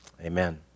amen